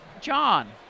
John